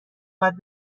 باید